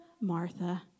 Martha